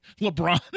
LeBron